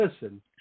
Listen